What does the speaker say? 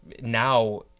now